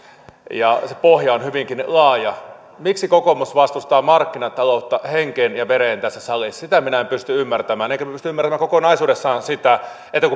ja se pohja on hyvinkin laaja miksi kokoomus vastustaa markkinataloutta henkeen ja vereen tässä salissa sitä minä en pysty ymmärtämään enkä pysty ymmärtämään kokonaisuudessaan sitä että